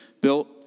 built